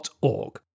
org